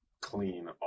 clean